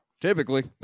typically